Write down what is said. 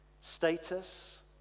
status